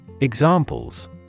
Examples